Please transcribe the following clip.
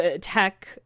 tech